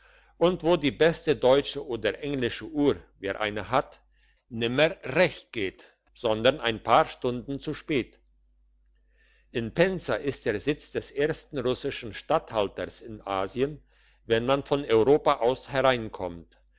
und wo die beste deutsche oder englische uhr wer eine hat nimmer recht geht sondern ein paar stunden zu spat in pensa ist der sitz des ersten russischen statthalters in asien wenn man von europa aus hereinkommt